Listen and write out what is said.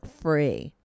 free